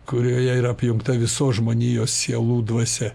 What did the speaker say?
kurioje yra apjungta visos žmonijos sielų dvasia